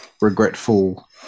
regretful